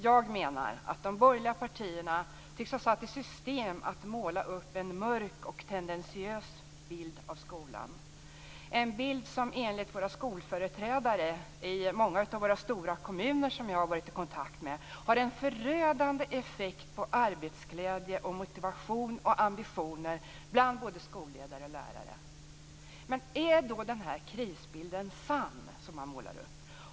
Jag menar att de borgerliga partierna satt i system att måla upp en mörk och tendentiös bild av skolan, en bild som enligt våra skolföreträdare i många stora kommuner som jag varit i kontakt med har en förödande effekt på arbetsglädje, motivation och ambitioner bland både skolledare och lärare. Är då den krisbild som man målar upp sann?